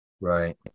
Right